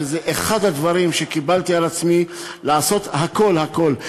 וזה אחד הדברים שקיבלתי על עצמי לעשות בו הכול הכול.